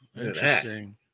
interesting